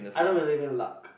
I don't really win luck